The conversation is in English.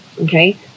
okay